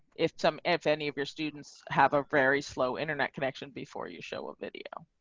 if some if any of your students have a very slow internet connection before you show a video.